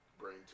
Brain